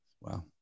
Wow